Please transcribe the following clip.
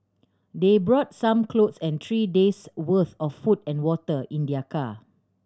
they brought some clothes and three day's worth of food and water in their car